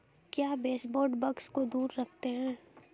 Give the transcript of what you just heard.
क्या baseboard bugs को दूर रखते हैं?